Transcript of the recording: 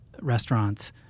restaurants